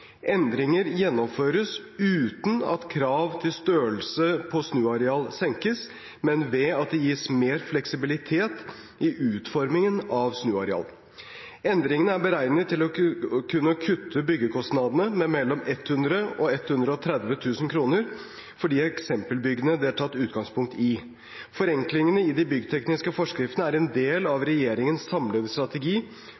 Endringer gjennomføres uten at krav til størrelsen på snuarealet senkes, men ved at det gis mer fleksibilitet i utformingen av snuareal. Endringene er beregnet til å kunne kutte byggekostnadene med mellom 100 000 kr og 130 000 kr for de eksempelbyggene det er tatt utgangspunkt i. Forenklingene i de byggtekniske forskriftene er en del av